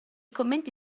commenti